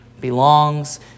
belongs